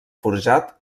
forjat